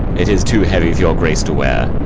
it is too heavy for your grace to wear.